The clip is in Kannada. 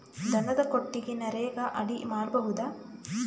ದನದ ಕೊಟ್ಟಿಗಿ ನರೆಗಾ ಅಡಿ ಮಾಡಬಹುದಾ?